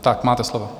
Tak, máte slovo.